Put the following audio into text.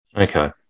Okay